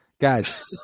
guys